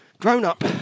grown-up